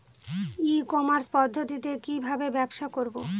ই commerce পদ্ধতিতে কি ভাবে ব্যবসা করব?